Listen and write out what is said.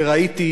ואז, במקביל,